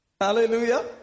Hallelujah